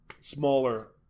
smaller